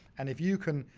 and if you can